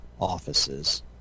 offices